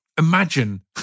Imagine